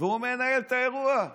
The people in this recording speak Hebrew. והוא מנהל את האירוע.